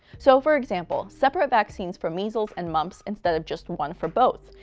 so, for example, separate vaccines for measles and mumps, instead of just one for both.